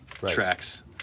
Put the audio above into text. tracks